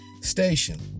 station